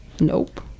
nope